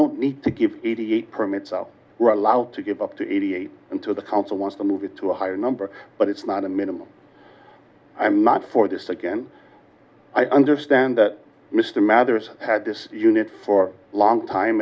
don't need to give eighty eight permits so we're allowed to give up to eighty eight and to the council wants to move it to a higher number but it's not a minimal i'm not for the second i understand that mr mathers had this unit for a long time